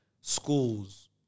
schools